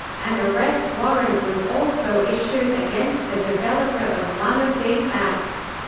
an arrest warrant was also issued against the developer of one of these apps.